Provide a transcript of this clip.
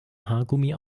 haargummi